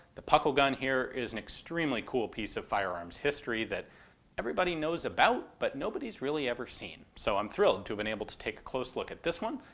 the puckle gun here is an extremely cool piece of firearms history that everybody knows about, but nobody's really ever seen. so i'm thrilled to have been able to take a close look at this one,